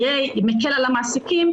ויקל על המעסיקים,